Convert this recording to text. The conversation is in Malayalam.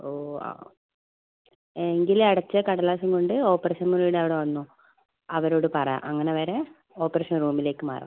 ഓ ആ എങ്കിൽ അടച്ച കടലാസും കൊണ്ട് ഓപ്പറേഷൻ മുറിയുടെ അവിടെ വന്നോ അവരോട് പറ അങ്ങനെ വരാൻ ഓപ്പറേഷൻ റൂമിലേക്ക് മാറാം